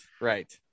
right